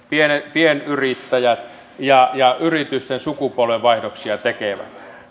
pienyrittäjät ja ja yritysten sukupolvenvaihdoksia tekevät